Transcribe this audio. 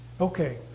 Okay